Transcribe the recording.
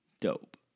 dope